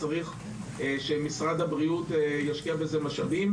אלא צריך שמשרד הבריאות ישקיע בזה משאבים.